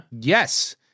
Yes